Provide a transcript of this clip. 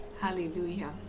hallelujah